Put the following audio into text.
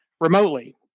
remotely